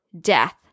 death